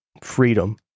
freedom